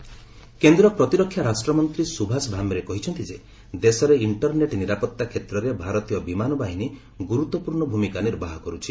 ଭାମ୍ରେ କେନ୍ଦ୍ର ପ୍ରତିରକ୍ଷା ରାଷ୍ଟ୍ରମନ୍ତ୍ରୀ ସୁଭାଷ ଭାମ୍ରେ କହିଛନ୍ତି ଯେ ଦେଶରେ ଇଣ୍ଟରନେଟ୍ ନିରାପତ୍ତା କ୍ଷେତ୍ରରେ ଭାରତୀୟ ବିମାନ ବାହିନୀ ଗୁରୁତ୍ୱପୂର୍ଣ୍ଣ ଭୂମିକା ନିର୍ବାହ କରୁଛି